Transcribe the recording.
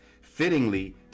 Fittingly